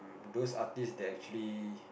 those artist that actually